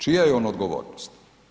Čija je on odgovornost?